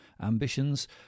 ambitions